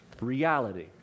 reality